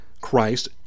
Christ